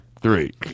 three